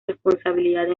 responsabilidad